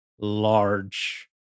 large